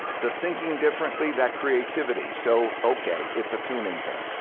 the thinking differently, that creativity so okay, it's a tuning thing.